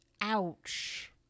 Ouch